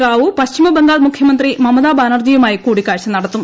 റാവു പശ്ചിമബംഗാൾ മുഖ്യമന്ത്രി മമതാ ബ്ലൂനർജിയുമായി കൂടിക്കാഴ്ച നടത്തും